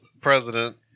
president